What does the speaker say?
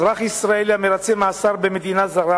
אזרח ישראלי המרצה מאסר במדינה זרה